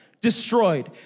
destroyed